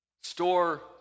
store